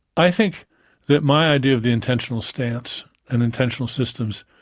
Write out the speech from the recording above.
i think that my idea of the intentional stance, and intentional systems,